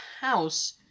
house